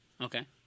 Okay